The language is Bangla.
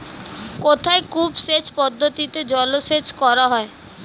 কোথায় কূপ সেচ পদ্ধতিতে জলসেচ করা হয়?